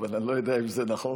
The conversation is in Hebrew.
אבל אני לא יודע אם זה נכון.